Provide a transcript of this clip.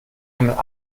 jemand